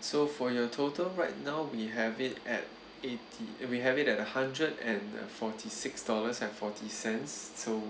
so for your total right now we have it at eighty if we have it at a hundred and uh forty-six dollars and forty cents so